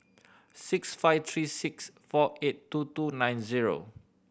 six five three six four eight two two nine zero